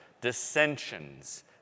dissensions